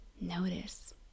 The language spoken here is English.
Notice